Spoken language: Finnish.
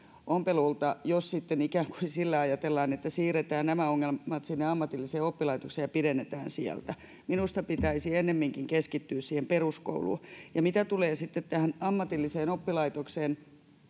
ompelulta jos ikään kuin ajatellaan että siirretään nämä ongelmat sinne ammatilliseen oppilaitokseen ja pidennetään sieltä minusta pitäisi ennemminkin keskittyä siihen peruskouluun mitä tulee sitten tähän ammatilliseen oppilaitokseen